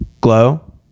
glow